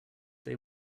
they